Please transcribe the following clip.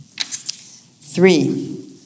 Three